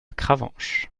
cravanche